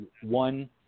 one